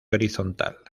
horizontal